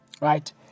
right